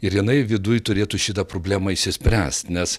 ir jinai viduj turėtų šitą problemą išsispręs nes